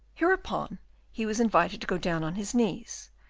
hereupon he was invited to go down on his knees,